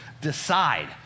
decide